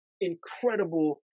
incredible